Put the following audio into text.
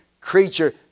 creature